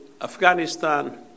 Afghanistan